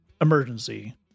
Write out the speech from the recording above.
emergency